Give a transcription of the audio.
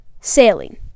sailing